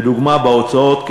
לדוגמה בהוצאות,